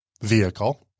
vehicle